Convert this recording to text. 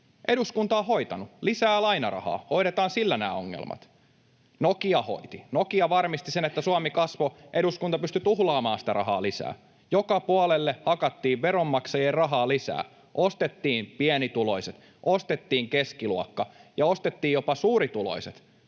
eduskunta on hoitanut; lisää lainarahaa, hoidetaan sillä nämä ongelmat. Nokia hoiti, Nokia varmisti sen, että Suomi kasvoi, eduskunta pystyi tuhlaamaan sitä rahaa lisää. Joka puolelle hakattiin veronmaksajien rahaa lisää. Ostettiin pienituloiset, ostettiin keskiluokka ja ostettiin jopa suurituloiset.